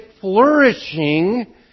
flourishing